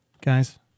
Guys